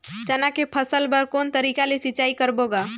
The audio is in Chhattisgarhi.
चना के फसल बर कोन तरीका ले सिंचाई करबो गा?